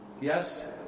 Yes